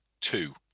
two